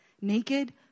Naked